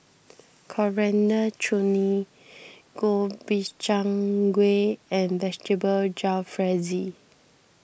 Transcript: Coriander Chutney Gobchang Gui and Vegetable Jalfrezi